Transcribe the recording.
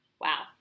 Wow